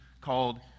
called